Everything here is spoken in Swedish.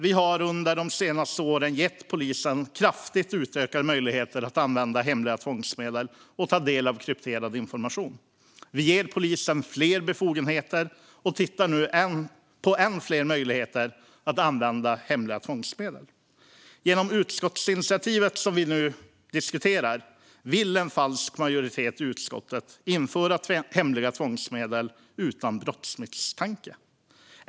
Vi har under de senaste åren gett polisen kraftigt utökade möjligheter att använda hemliga tvångsmedel och ta del av krypterad information. Vi ger nu polisen fler befogenheter och tittar på ännu fler möjligheter att använda hemliga tvångsmedel. Genom det utskottsinitiativ vi nu diskuterar vill en falsk majoritet i utskottet införa hemliga tvångsmedel utan brottsmisstanke.